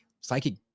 psychic